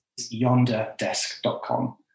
yonderdesk.com